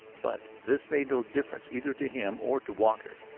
but this made no difference either to him or to walker.